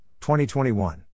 2021